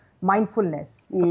mindfulness